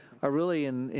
are really in,